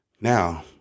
Now